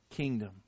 kingdom